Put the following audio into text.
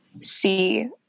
see